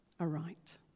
aright